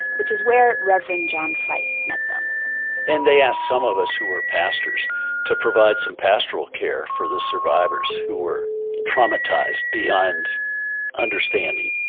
which is where reverend john fife met them and they asked some of us who were pastors to provide some pastoral care for the survivors who were traumatized beyond understanding.